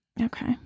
Okay